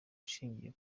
ushingiye